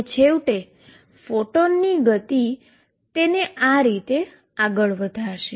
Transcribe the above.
અને છેવટે ફોટોનનું મોમેન્ટમ તેને આ રીતે આગળ વધારશે